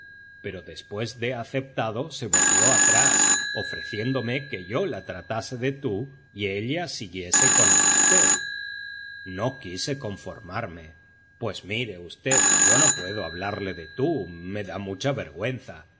pero después de aceptado se volvió atrás ofreciéndome que yo la tratase de tú y ella siguiese con el v no quise conformarme pues mire v yo no puedo hablarle de tú me da mucha vergüenza